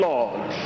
Lord